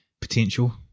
potential